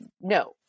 no